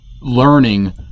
learning